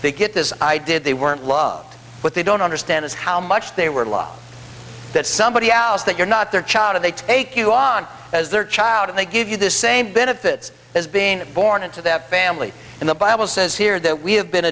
to get this i did they weren't loved but they don't understand is how much they were law that somebody else that you're not their child and they take you on as their child and they give you the same benefits as being born into that family and the bible says here that we have been